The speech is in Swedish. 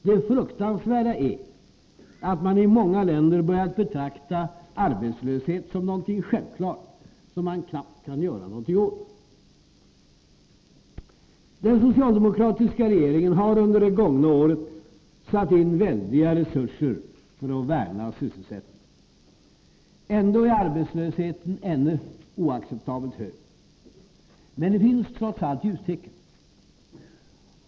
Det fruktansvärda är att man i många länder börjar betrakta arbetslöshet som någonting självklart, som man knappt kan göra något åt. Den socialdemokratiska regeringen har under det senaste året satt in väldiga resurser för att värna sysselsättningen. Ändå är arbetslösheten fortfarande oacceptabelt hög. Men det finns trots allt ljustecken.